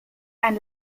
ein